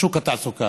בשוק התעסוקה.